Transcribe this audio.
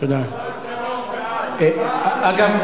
אגב,